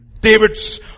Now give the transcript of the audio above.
davids